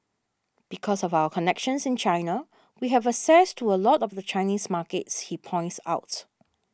because of our connections in China we have access to a lot of the Chinese markets he points out